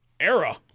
Era